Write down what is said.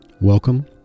Welcome